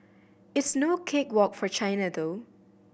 it's no cake walk for China though